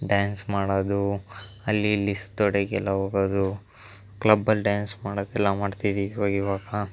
dance ಮಾಡೋದು ಅಲ್ಲಿ ಇಲ್ಲಿ ಸುತ್ತೊಡಿಯಕ್ಕೆ ಎಲ್ಲ ಹೋಗೋದು ಕ್ಲಬ್ಬಲ್ಲಿ ಡ್ಯಾನ್ಸ್ ಮಾಡೋದು ಎಲ್ಲ ಮಾಡ್ತಿದೀವಿ ಇವಾಗ ಇವಾಗ